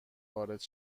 وارد